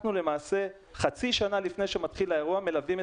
אנחנו למעשה מלווים את הזוג חצי שנה לפני שמתחיל האירוע.